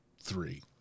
three